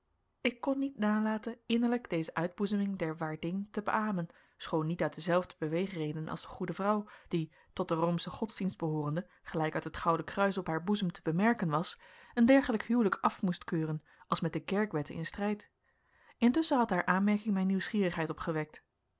ik kon niet nalaten innerlijk deze uitboezeming der waardin te beamen schoon niet uit dezelfde beweegreden als de goede vrouw die tot den roomschen godsdienst behoorende gelijk uit het gouden kruis op haar boezem te bemerken was een dergelijk huwlijk af moest keuren als met de kerkwetten in strijd intusschen had haar aanmerking mijn nieuwsgierigheid opgewekt